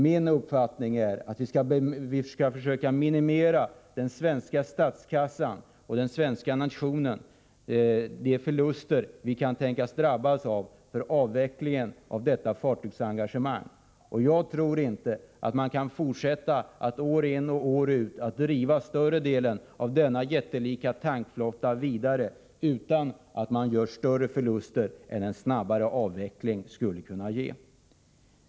Min uppfattning är att vi skall försöka minimera de förluster den svenska statskassan och den svenska nationen kan tänkas drabbas av för avvecklingen av detta fartygsengagemang. Jag tror inte att man år ut och år in kan fortsätta att driva större delen av denna jättelika tankflotta utan att göra större förluster än en snabbare avveckling skulle kunna ge.